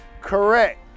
Correct